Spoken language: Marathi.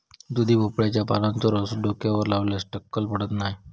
दुधी भोपळ्याच्या पानांचो रस डोक्यावर लावल्यार टक्कल पडत नाय